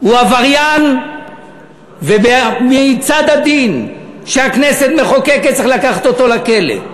הוא עבריין ומצד הדין שהכנסת מחוקקת צריך לקחת אותו לכלא.